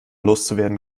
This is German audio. loszuwerden